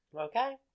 Okay